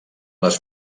les